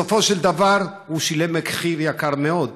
בסופו של דבר, הוא שילם מחיר יקר מאוד,